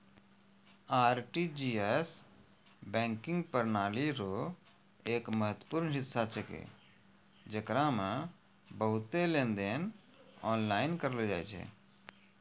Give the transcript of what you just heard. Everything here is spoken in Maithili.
आर.टी.जी.एस बैंकिंग प्रणाली रो एक महत्वपूर्ण हिस्सा छेकै जेकरा मे बहुते लेनदेन आनलाइन करलो जाय छै